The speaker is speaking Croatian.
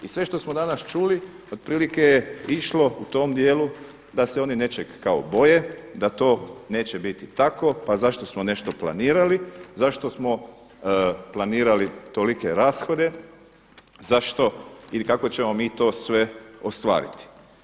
I sve što smo danas čuli otprilike je išlo u tom dijelu da se oni nečeg kao boje, da to neće biti tako, pa zašto smo nešto planirali, zašto smo planirali tolike rashode, zašto ili kako ćemo mi to sve ostvariti.